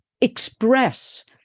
express